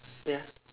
ya